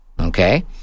okay